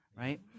right